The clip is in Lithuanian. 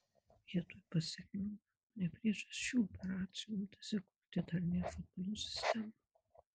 vietoj pasekmių o ne priežasčių operacijų imtasi kurti darnią futbolo sistemą